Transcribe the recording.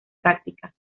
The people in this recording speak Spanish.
práctica